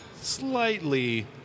slightly